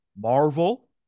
Marvel